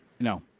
No